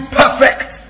perfect